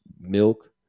milk